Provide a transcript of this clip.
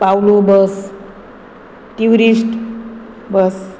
पावलो bus tourist बस